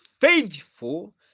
faithful